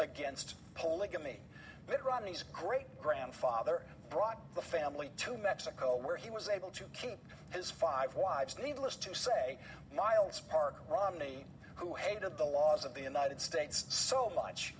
against polygamy but romney's great grandfather brought the family to mexico where he was able to keep his five wives needless to say miles park romney who hated the laws of the united states so much